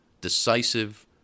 decisive